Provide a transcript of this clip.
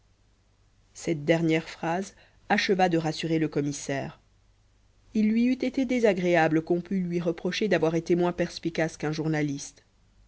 cette dernière phrase acheva de rassurer le commissaire il lui eût été désagréable qu'on pût lui reprocher d'avoir été moins perspicace qu'un journaliste